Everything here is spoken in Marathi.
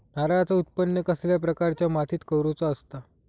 नारळाचा उत्त्पन कसल्या प्रकारच्या मातीत करूचा असता?